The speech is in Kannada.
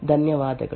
ಧನ್ಯವಾದಗಳು